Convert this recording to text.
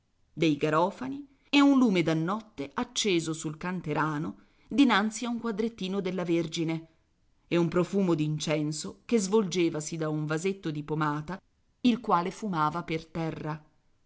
dei garofani e un lume da notte acceso sul canterano dinanzi a un quadrettino della vergine e un profumo d'incenso che svolgevasi da un vasetto di pomata il quale fumava per terra